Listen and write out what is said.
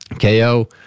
KO